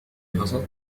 حصل